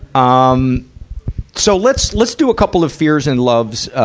um so let's, let's do a couple of fears and loves.